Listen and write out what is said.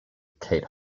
kate